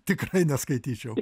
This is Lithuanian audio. tikrai neskaityčiau